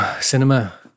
cinema